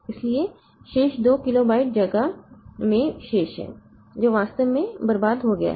इसलिए शेष 2 किलोबाइट जगह में शेष है जो वास्तव में बर्बाद हो गया है